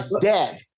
dead